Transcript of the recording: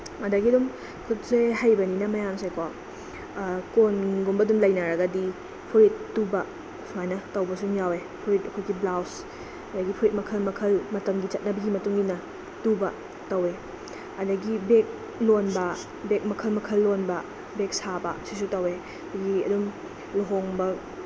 ꯑꯗꯒꯤ ꯑꯗꯨꯝ ꯈꯨꯠꯁꯦ ꯍꯩꯕꯅꯤꯅ ꯃꯌꯥꯝꯁꯦꯀꯣ ꯀꯣꯟꯒꯨꯝꯕ ꯑꯗꯨꯝ ꯂꯩꯅꯔꯒꯗꯤ ꯐꯨꯔꯤꯠ ꯇꯨꯕ ꯁꯨꯃꯥꯏꯅ ꯇꯧꯕꯁꯨ ꯑꯗꯨꯝ ꯌꯥꯎꯋꯦ ꯐꯨꯔꯤꯠ ꯑꯩꯈꯣꯏꯒꯤ ꯕ꯭ꯂꯥꯎꯁ ꯑꯗꯒꯤ ꯐꯨꯔꯤꯠ ꯃꯈꯜ ꯃꯈꯜ ꯃꯇꯝꯒꯤ ꯆꯠꯅꯕꯤꯒꯤ ꯃꯇꯨꯡꯏꯟꯅ ꯇꯨꯕ ꯇꯧꯋꯦ ꯑꯗꯒꯤ ꯕꯦꯒ ꯂꯣꯟꯕ ꯕꯦꯒ ꯃꯈꯜ ꯃꯈꯜ ꯂꯣꯟꯕ ꯕꯦꯒ ꯁꯥꯕ ꯁꯤꯁꯨ ꯇꯧꯋꯦ ꯑꯩꯈꯣꯏꯒꯤ ꯑꯗꯨꯝ ꯂꯨꯍꯣꯡꯕ